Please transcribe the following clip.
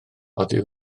oddi